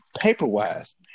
paper-wise